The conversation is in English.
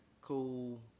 cool